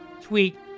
tweet